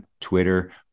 Twitter